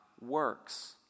works